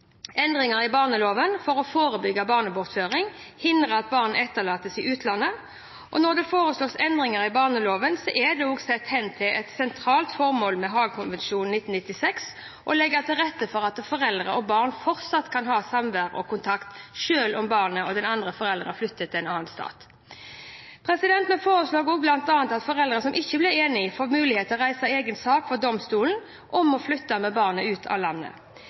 endringer i barneloven for å forebygge barnebortføring og hindre at barn etterlates i utlandet. Når det foreslås endringer i barneloven, er det også sett hen til at det er et sentralt formål med Haagkonvensjonen 1996 å legge til rette for at forelder og barn fortsatt kan ha samvær og kontakt, selv om barnet og den andre forelderen flytter til en annen stat. Vi foreslår bl.a. at foreldre som ikke blir enige, får mulighet til å reise egen sak for domstolen om å flytte med barnet ut av landet.